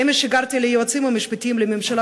אמש שיגרתי ליועצים המשפטיים לממשלה